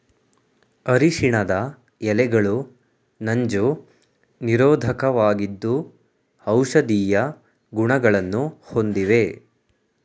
ಅರಿಶಿಣದ ಎಲೆಗಳು ನಂಜು ನಿರೋಧಕವಾಗಿದ್ದು ಔಷಧೀಯ ಗುಣಗಳನ್ನು ಹೊಂದಿವೆ